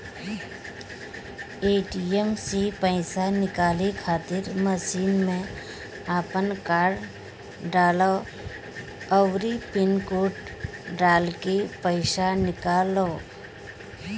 ATM से पईसा निकाले खातिर मशीन में आपन कार्ड डालअ अउरी पिन कोड डालके पईसा निकाल लअ